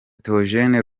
theogene